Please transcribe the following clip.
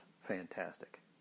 fantastic